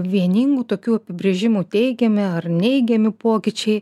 vieningų tokių apibrėžimų teigiami ar neigiami pokyčiai